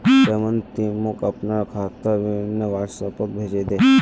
रमन ती मोक अपनार खातार विवरण व्हाट्सएपोत भेजे दे